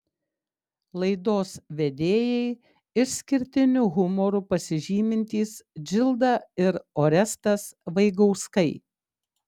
laidos vedėjai išskirtiniu humoru pasižymintys džilda ir orestas vaigauskai